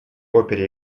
опере